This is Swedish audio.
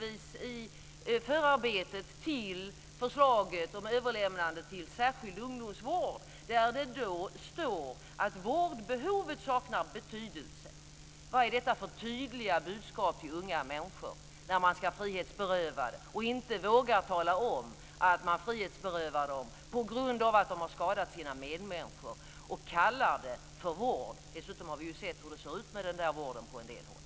I förarbetet till förslaget om överlämnade till särskild ungdomsvård står det att vårdbehovet saknar betydelse. Vad är detta för tydliga budskap till unga människor när man ska frihetsberöva dem? Man vågar inte tala om att man frihetsberövar dem på grund av att de har skadat sina medmänniskor. I stället kallar man det för vård. Dessutom har vi sett hur det ser ut med den där vården på en del håll.